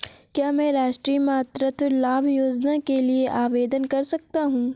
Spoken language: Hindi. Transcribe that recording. क्या मैं राष्ट्रीय मातृत्व लाभ योजना के लिए आवेदन कर सकता हूँ?